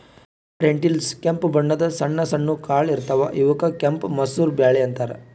red lentils ಕೆಂಪ್ ಬಣ್ಣದ್ ಸಣ್ಣ ಸಣ್ಣು ಕಾಳ್ ಇರ್ತವ್ ಇವಕ್ಕ್ ಕೆಂಪ್ ಮಸೂರ್ ಬ್ಯಾಳಿ ಅಂತಾರ್